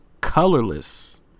colorless